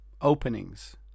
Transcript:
openings